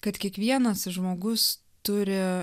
kad kiekvienas žmogus turi